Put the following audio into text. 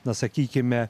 na sakykime